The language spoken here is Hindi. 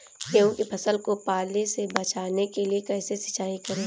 गेहूँ की फसल को पाले से बचाने के लिए कैसे सिंचाई करें?